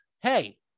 hey